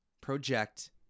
project